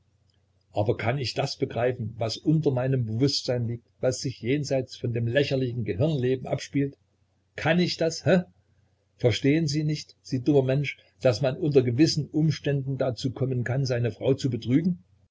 aber kann ich das begreifen was unter meinem bewußtsein liegt was sich jenseits von dem lächerlichen gehirnleben abspielt kann ich das he verstehen sie nicht sie dummer mensch daß man unter gewissen umständen dazu kommen kann seine frau zu betrügen